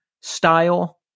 style